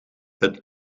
het